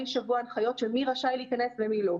שבוע הנחיות של מי רשאי להיכנס ומי לא,